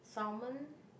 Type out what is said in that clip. salmon